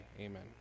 Amen